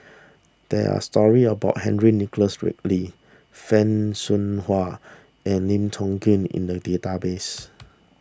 there are stories about Henry Nicholas Ridley Fan Shao Hua and Lim Tiong Ghee in the database